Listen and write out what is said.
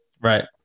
Right